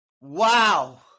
Wow